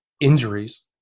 injuries